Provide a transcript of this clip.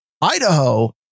Idaho